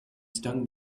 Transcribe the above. stung